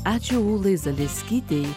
ačiū ulai zaleskytei